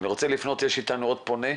נמצא כאן עוד פונה.